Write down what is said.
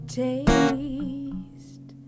taste